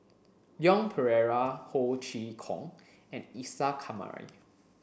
Leon Perera Ho Chee Kong and Isa Kamari